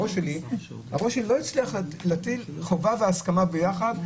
הראש שלי לא הצליח להטיל חובה והסכמה ביחד.